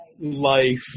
Life